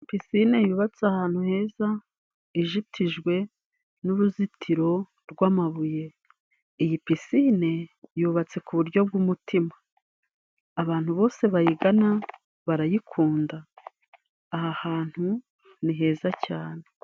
Pisine yubatse ahantu heza .Izitijwe n'uruzitiro rw'amabuye. Iyi pisine yubatse ku buryo bw'umutima abantu bose bayigana barayikunda. Aha hantu ni heza cyane.